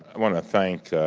want to thank